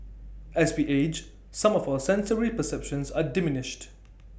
as we age some of our sensory perceptions are diminished